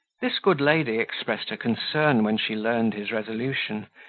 this good lady expressed her concern when she learned his resolution,